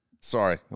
Sorry